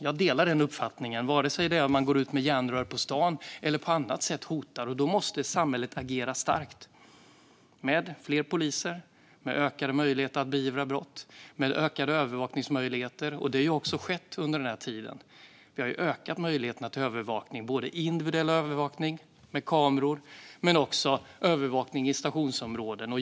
Jag delar den uppfattningen, vare sig man går ut med järnrör på stan eller hotar på annat sätt. Då måste samhället agera starkt med fler poliser, med ökade möjligheter att beivra brott och med ökade övervakningsmöjligheter. Det har också skett under den här tiden. Vi har ökat möjligheterna till övervakning, både individuell övervakning med kameror och övervakning i stationsområden.